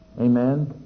Amen